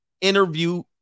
interview